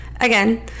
Again